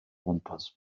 gwmpas